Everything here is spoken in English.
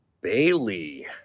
Bailey